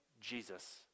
Jesus